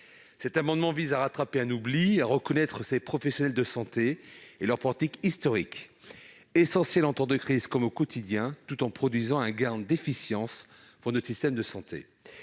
Cet amendement vise à rattraper un oubli et à reconnaître ces professionnels de santé et leur pratique historique, essentiels en temps de crise comme au quotidien, tout en produisant un gain d'efficience pour notre système de santé.